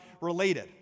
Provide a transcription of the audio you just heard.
related